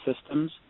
systems